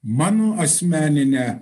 mano asmenine